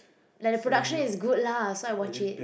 like the production is good lah so I watch it